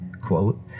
quote